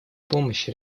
помощь